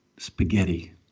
Spaghetti